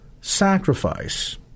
sacrifice